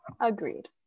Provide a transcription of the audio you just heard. agreed